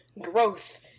Growth